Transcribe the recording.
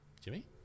Jimmy